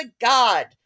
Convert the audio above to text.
god